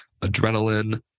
adrenaline